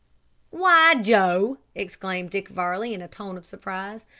why, joe! exclaimed dick varley in a tone of surprise,